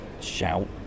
shout